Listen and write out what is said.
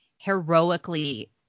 heroically